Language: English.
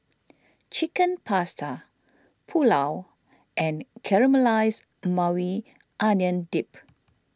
Chicken Pasta Pulao and Caramelized Maui Onion Dip